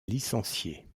licenciés